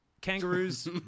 kangaroos